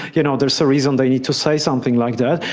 you know, there's a reason they need to say something like that.